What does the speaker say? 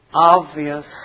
obvious